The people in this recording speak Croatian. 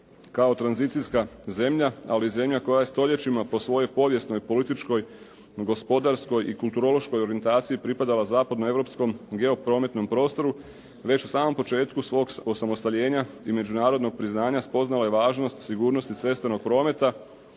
kao tranzicijska zemlja ali i zemlja koja je stoljećima po svojoj povijesnoj, političkoj, gospodarskoj i kulturološkoj orijentaciji pripadala zapadno europskom geoprometnom prostoru već u samom početku svog osamostaljenja i međunarodnog priznanja spoznala je važnost sigurnosti cestovnog prometa